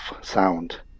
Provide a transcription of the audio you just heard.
sound